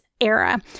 era